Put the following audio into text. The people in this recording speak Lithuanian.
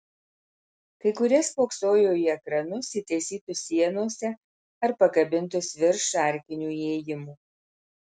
kai kurie spoksojo į ekranus įtaisytus sienose ar pakabintus virš arkinių įėjimų